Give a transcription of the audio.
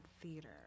theater